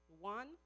One